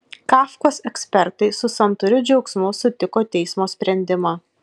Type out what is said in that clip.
kafkos ekspertai su santūriu džiaugsmu sutiko teismo sprendimą